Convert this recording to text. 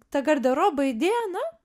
ta garderobo idėja na